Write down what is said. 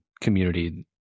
community